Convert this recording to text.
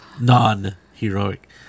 non-heroic